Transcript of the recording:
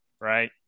right